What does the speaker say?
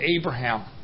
Abraham